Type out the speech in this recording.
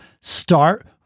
start